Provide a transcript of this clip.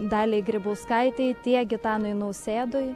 daliai grybauskaitei tiek gitanui nausėdui